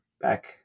back